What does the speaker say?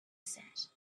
said